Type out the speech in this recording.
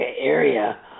area